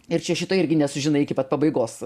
ir čia šito irgi nesužinai iki pat pabaigos